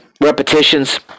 repetitions